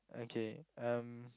okay um